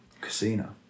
casino